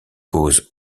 causent